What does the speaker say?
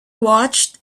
watched